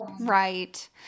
Right